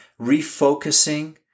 refocusing